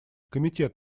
комитет